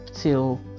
till